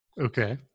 okay